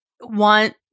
want